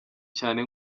cyane